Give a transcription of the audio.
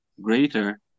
greater